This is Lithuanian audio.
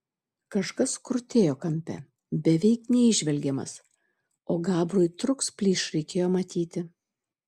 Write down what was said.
kažkas krutėjo kampe beveik neįžvelgiamas o gabrui truks plyš reikėjo matyti